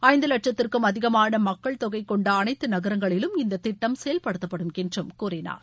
ஐந்து வட்சத்திற்கும் அதிகமான மக்கள் தொகை கொண்ட அனைத்து நகரங்களிலும் இந்த திட்டம் செயல்படுத்தப்படும் என்று கூறினார்